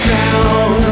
down